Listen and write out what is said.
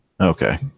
okay